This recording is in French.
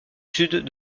sud